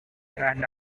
and